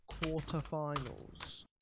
quarterfinals